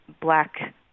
black